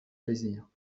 plaisir